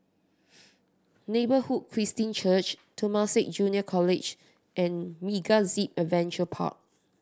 Neighbourhood Christian Church Temasek Junior College and MegaZip Adventure Park